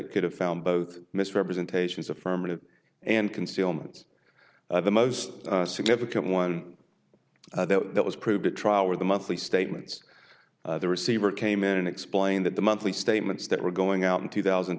it could have found both misrepresentations affirmative and concealments the most significant one that was proved a trial where the monthly statements the receiver came in and explained that the monthly statements that were going out in two thousand